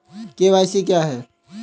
KYC क्या है?